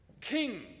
king